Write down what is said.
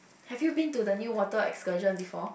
have you been to the new water at Kajang before